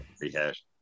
rehash